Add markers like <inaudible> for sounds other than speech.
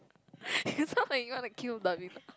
<laughs> it sounds like you wanna kill